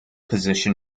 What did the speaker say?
position